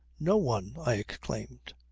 no one, i exclaimed.